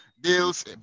deals